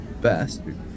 bastard